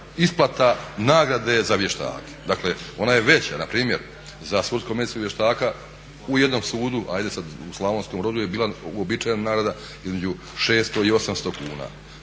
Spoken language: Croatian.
isplata nagrade za vještake. Dakle, ona je veća. Na primjer za sudsko medicinskog vještaka u jednom sudu, ajde sad u Slavonskom Brodu je bila uobičajena nagrada između 600 i 800 kuna.